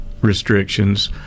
restrictions